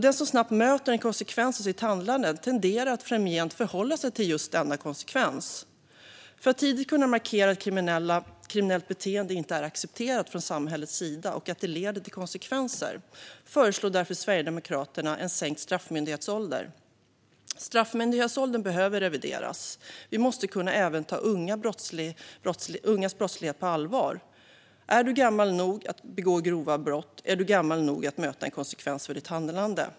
Den som snabbt möter en konsekvens av sitt handlande tenderar att framgent förhålla sig till just denna konsekvens. För att man tidigt ska kunna markera att kriminellt beteende inte är accepterat från samhällets sida och att det leder till konsekvenser föreslår därför Sverigedemokraterna en sänkt straffmyndighetsålder. Straffmyndighetsåldern behöver revideras. Vi måste kunna ta även ungas brottslighet på allvar. Är du gammal nog att begå grova brott är du gammal nog att möta en konsekvens av ditt handlande.